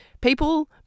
People